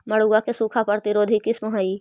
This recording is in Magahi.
मड़ुआ के सूखा प्रतिरोधी किस्म हई?